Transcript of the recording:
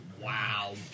Wow